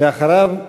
ואחריו,